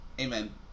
Amen